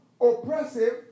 oppressive